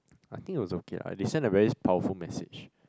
I think it was okay lah they send a very powerful message